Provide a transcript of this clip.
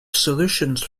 solutions